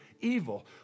evil